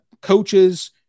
coaches